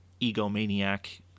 egomaniac